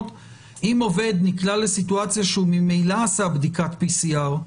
היא שאם עובד נקלע לסיטואציה שהוא ממילא עשה בדיקת PCR,